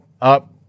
up